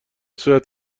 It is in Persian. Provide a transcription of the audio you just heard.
صورت